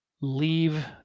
leave